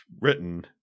written